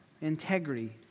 integrity